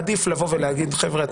עדיף להגיד: חבר'ה,